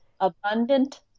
Abundant